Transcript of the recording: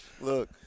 look